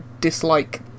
dislike